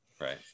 Right